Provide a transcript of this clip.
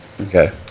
okay